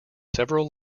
several